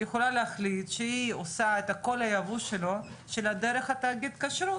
היא יכולה להחליט שהיא עושה את כל היבוא שלה דרך תאגיד הכשרות,